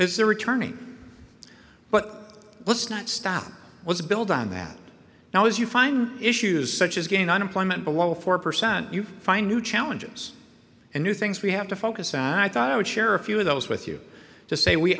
is there returning but let's not stop was a build on that now as you find issues such as getting unemployment below four percent you find new challenges and new things we have to focus on i thought i would share a few of those with you to say we